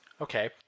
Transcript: Okay